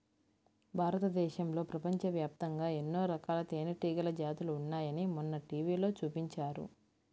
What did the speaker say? భారతదేశంలో, ప్రపంచవ్యాప్తంగా ఎన్నో రకాల తేనెటీగల జాతులు ఉన్నాయని మొన్న టీవీలో చూపించారు